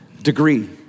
degree